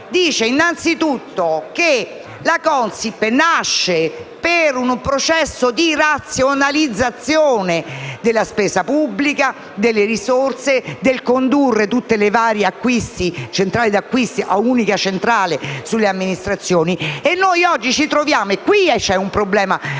dice innanzi tutto che la Consip nasce per un processo di razionalizzazione della spesa pubblica, delle risorse, per condurre tutte le varie centrali di acquisti ad un'unica centrale sulle amministrazioni. Ebbene, oggi scopriamo - e qui c'è un problema molto